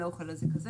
על אוכל אחר משהו אחר.